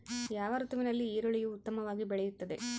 ಯಾವ ಋತುವಿನಲ್ಲಿ ಈರುಳ್ಳಿಯು ಉತ್ತಮವಾಗಿ ಬೆಳೆಯುತ್ತದೆ?